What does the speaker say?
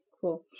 Cool